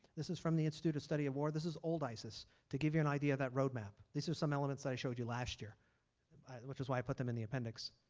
this is from the institute of study of war. this is old isis to give you an idea of that roadmap. these are some elements i showed you last year um which is why i put them in the appendix.